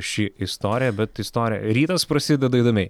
ši istorija bet istorija rytas prasideda įdomiai